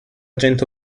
cento